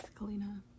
kalina